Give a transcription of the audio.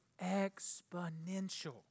exponential